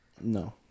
No